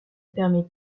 permet